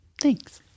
Thanks